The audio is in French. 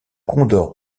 condor